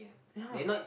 ya